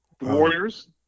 Warriors